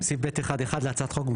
בסעיף (ב1)(1) להצעת החוק,